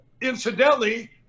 Incidentally